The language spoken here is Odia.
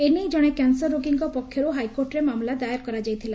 ଏ ନେଇ ଜଶେ କ୍ୟାନସର ରୋଗୀଙ୍କ ପକ୍ଷରୁ ହାଇକୋର୍ଟରେ ମାମଲା ଦାୟର କରାଯାଇଥିଲା